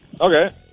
Okay